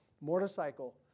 motorcycle